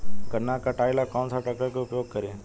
गन्ना के कटाई ला कौन सा ट्रैकटर के उपयोग करी?